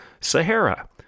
Sahara